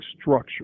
structure